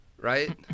right